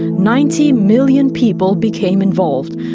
ninety million people became involved.